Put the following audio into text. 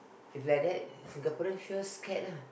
if like that Singaporean sure scared ah